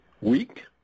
weak